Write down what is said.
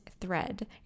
Thread